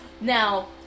Now